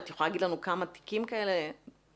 את יכולה להגיד לנו כמה בתיקים כאלה טיפלתם?